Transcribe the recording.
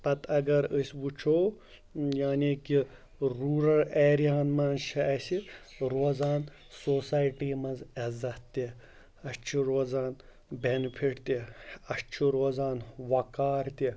پَتہٕ اگر أسۍ وٕچھو یعنی کہِ روٗرَر ایریا ہَن منٛز چھِ اَسہِ روزان سوسایٹی منٛز عزت تہِ اَسہِ چھِ روزان بٮ۪نِفِٹ تہِ اَسہِ چھِ روزان وَقار تہِ